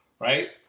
right